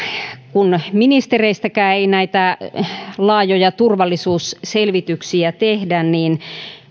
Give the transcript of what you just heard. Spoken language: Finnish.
kun ministereistäkään ei näitä laajoja turvallisuusselvityksiä tehdä niin